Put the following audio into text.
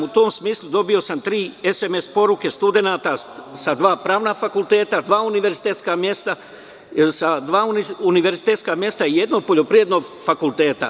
U tom smislu dobio sam tri sms poruke studenata sa dva pravna fakulteta, dva univerzitetska mesta, jednog poljoprivrednog fakulteta.